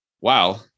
wow